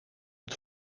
het